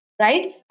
right